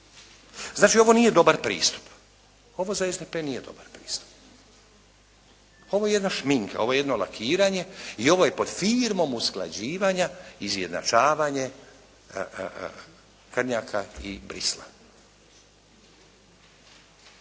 Znači, ovo nije dobar pristup, ovo za SDP nije dobar pristup. Ovo je jedna šminka, ovo je jedno lakiranje i ovo je pod firmom usklađivanja izjednačavanje Krnjaka i Bruxellesa.